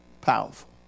powerful